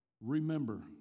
Remember